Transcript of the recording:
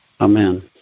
amen